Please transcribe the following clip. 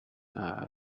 are